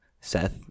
Seth